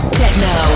techno